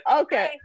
okay